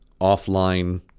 offline